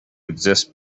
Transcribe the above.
exist